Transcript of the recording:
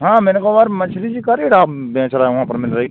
हाँ मैंने कहा यार मछली बेच रहे वहाँ पर मिल रही